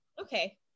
Okay